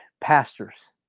pastors